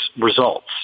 results